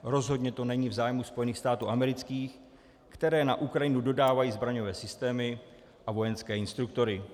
Rozhodně to není v zájmu Spojených států amerických, které na Ukrajinu dodávají zbraňové systémy a vojenské instruktory.